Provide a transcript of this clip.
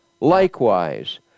likewise